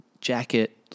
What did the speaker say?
jacket